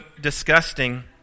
disgusting